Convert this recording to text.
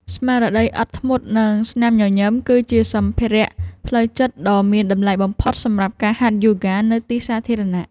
ស្មារតីអត់ធ្មត់ និងស្នាមញញឹម គឺជាសម្ភារៈផ្លូវចិត្តដ៏មានតម្លៃបំផុតសម្រាប់ការហាត់យូហ្គានៅទីសាធារណៈ។